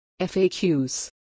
FAQs